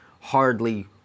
hardly